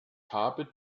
habe